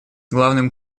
главным